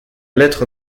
lettre